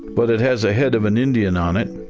but it has a head of an indian on it.